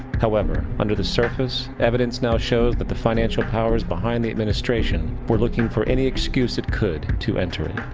however, under the surface, evidence now shows that the financial powers behind the administration were looking for any excuse it could to enter it.